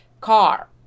Car